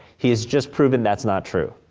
he has just proven that's not true,